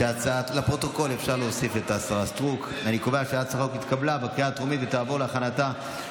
ההצעה להעביר את הצעת חוק פיצויי קורבנות הטרור ) תיקוני חקיקה(,